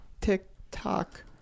TikTok